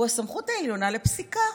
הוא הסמכות העליונה בפסיקה.